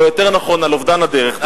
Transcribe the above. או יותר נכון על אובדן הדרך.